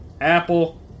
Apple